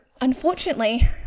unfortunately